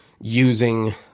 using